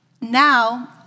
Now